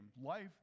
life